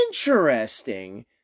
Interesting